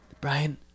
Brian